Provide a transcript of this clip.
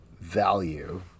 value